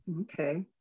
okay